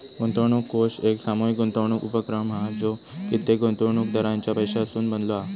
गुंतवणूक कोष एक सामूहीक गुंतवणूक उपक्रम हा जो कित्येक गुंतवणूकदारांच्या पैशासून बनलो हा